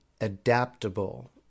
adaptable